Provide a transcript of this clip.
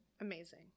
Amazing